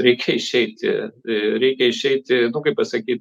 reikia išeiti reikia išeiti kaip pasakyt